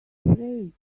afraid